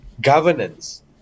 governance